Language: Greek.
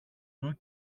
του